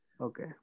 Okay